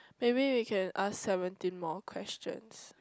maybe we can ask seventeen more questions